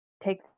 take